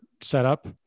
setup